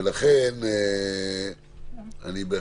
אני בא